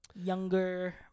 younger